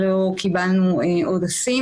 לא קיבלנו עודפים,